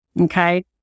okay